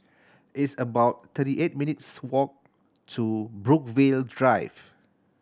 it's about thirty eight minutes' walk to Brookvale Drive